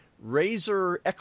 Razor